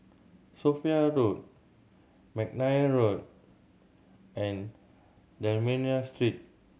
Sophia Road McNair Road and D'Almeida Street